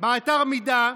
טליה איינהורן באתר מידה,